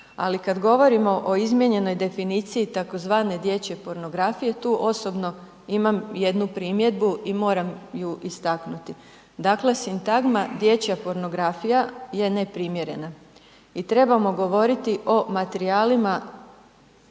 ali kad govorimo o izmijenjenoj definiciji tzv. dječje pornografije, tu osobno imamo jednu primjedbu i moram ju istaknuti. Dakle, sintagma dječja pornografija je neprimjerena. I trebamo govoriti o materijalima